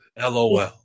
Lol